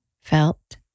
felt